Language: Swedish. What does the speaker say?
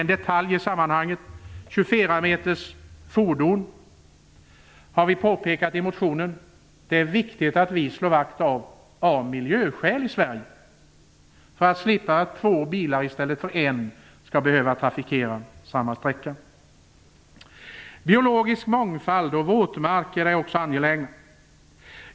En liten detalj: Vi har i motioner påpekat att det av miljöskäl i Sverige är viktigt att slå vakt om 24 meters fordon, för att inte två bilar i stället för en skall behöva trafikera samma sträcka. Biologisk mångfald och våtmarker är också angelägna frågor.